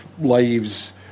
lives